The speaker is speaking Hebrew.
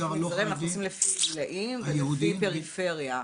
אלא לפי גילאים ולפי פריפריה.